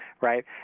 right